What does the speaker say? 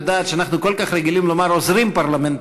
את יודעת שאנחנו כל כך רגילים לומר עוזרים פרלמנטריים.